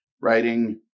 Writing